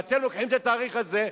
ואתם לוקחים את התאריך הזה,